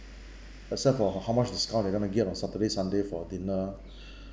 except for how how much discount they going to get on saturday sunday for dinner